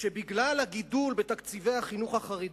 בגלל הגידול בתקציבי החינוך החרדי.